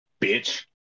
Bitch